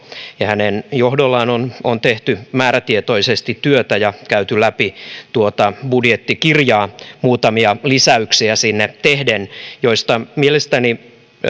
ja hänen johdollaan on on tehty määrätietoisesti työtä ja käyty läpi tuota budjettikirjaa tehden sinne muutamia lisäyksiä joista mielestäni